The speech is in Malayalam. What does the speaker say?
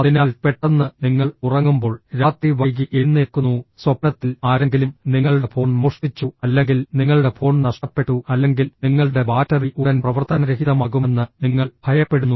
അതിനാൽ പെട്ടെന്ന് നിങ്ങൾ ഉറങ്ങുമ്പോൾ രാത്രി വൈകി എഴുന്നേൽക്കുന്നു സ്വപ്നത്തിൽ ആരെങ്കിലും നിങ്ങളുടെ ഫോൺ മോഷ്ടിച്ചു അല്ലെങ്കിൽ നിങ്ങളുടെ ഫോൺ നഷ്ടപ്പെട്ടു അല്ലെങ്കിൽ നിങ്ങളുടെ ബാറ്ററി ഉടൻ പ്രവർത്തനരഹിതമാകുമെന്ന് നിങ്ങൾ ഭയപ്പെടുന്നു